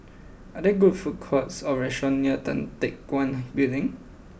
are there good food courts or restaurants near Tan Teck Guan Building